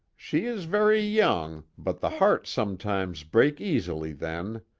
she is very young, but the heart sometimes breaks easily then.